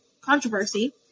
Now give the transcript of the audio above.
controversy